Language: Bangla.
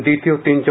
দ্বিতীয় তিন জন